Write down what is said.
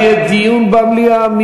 זה יהיה דיון במליאה,